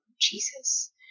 Jesus